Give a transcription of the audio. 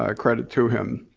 ah credit to him.